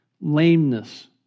lameness